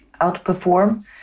outperform